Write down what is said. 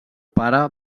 pare